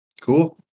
Cool